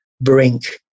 brink